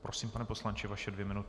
Prosím, pane poslanče, vaše dvě minuty.